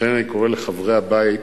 לכן, אני קורא לחברי הבית